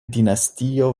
dinastio